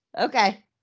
okay